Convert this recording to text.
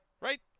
right